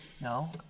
No